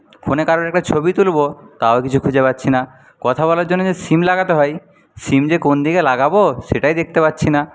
ফোনে কারুর একটা ছবি তুলবো তাও কিছু খুঁজে পাচ্ছি না কথা বলার জন্য যে সিম লাগাতে হয় সিম যে কোনদিকে লাগাবো সেটাই দেখতে পাচ্ছি না